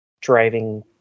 driving